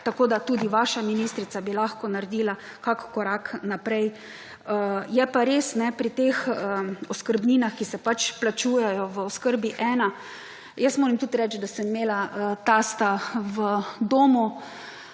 tako da tudi vaša ministrica bi lahko naredila kakšen korak naprej. Je pa res, pri teh oskrbninah, ki se plačujejo v oskrbi ena. Jaz moram tudi reči, da sem imela tasta v domu,